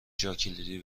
جاکلیدی